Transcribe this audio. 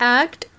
act